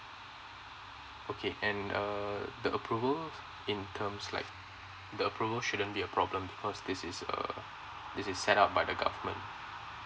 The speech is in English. okay and err the approval in terms like the approval shouldn't be a problem because this is uh this is set out by the government